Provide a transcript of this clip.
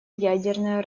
ядерное